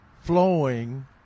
flowing